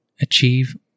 achieve